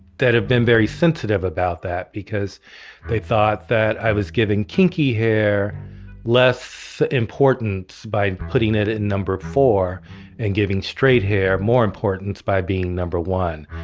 that have been very sensitive about that because they thought that i was giving kinky hair less importance by putting it in number four and giving straight hair more importance by being number one.